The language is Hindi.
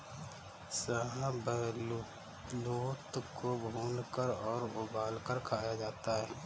शाहबलूत को भूनकर और उबालकर खाया जाता है